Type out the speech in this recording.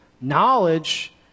knowledge